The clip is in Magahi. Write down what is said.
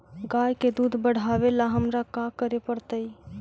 गाय के दुध बढ़ावेला हमरा का करे पड़तई?